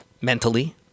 mentally